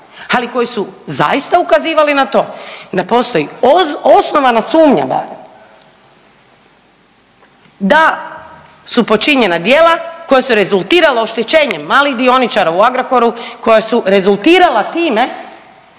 ali koji su zaista ukazivali na to da postoji osnovana sumnja bar da su počinjena djela koja su rezultirala oštećenjem malih dioničara u Agrokoru, koja su rezultirala time